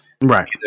Right